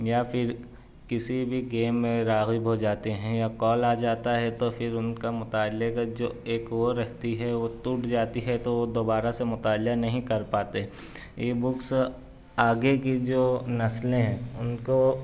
یا پھر کسی بھی گیم میں راغب ہو جاتے ہیں یا کال آ جاتا ہے تو پھر ان کا مطالعہ کا جو ایک وہ رہتی ہے وہ ٹوٹ جاتی ہے تو وہ دوبارہ سے مطالعہ نہیں کر پاتے ای بکس آگے کی جو نسلیں ان کو